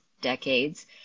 decades